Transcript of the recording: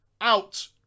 Out